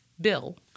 Bill